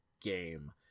game